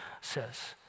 says